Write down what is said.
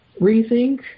rethink